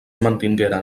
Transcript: mantingueren